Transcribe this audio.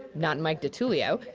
not mike ditullio.